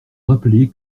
rappeler